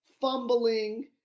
fumbling